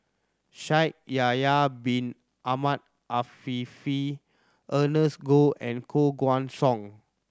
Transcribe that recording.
Shaikh Yahya Bin Ahmed Afifi Ernest Goh and Koh Guan Song